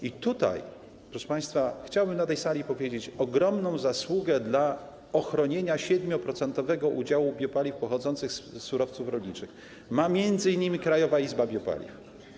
I tutaj, proszę państwa, chciałbym na tej sali powiedzieć: ogromną zasługę, jeśli chodzi o ochronę 7-procentowego udziału biopaliw pochodzących z surowców rolniczych, ma m.in. Krajowa Izba Biopaliw.